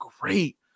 great